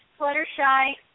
Fluttershy